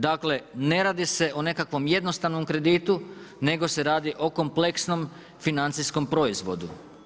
Dakle, ne radi se o nekakvom jednostavnom kreditu, nego se radi o kompleksnom financijskom proizvodu.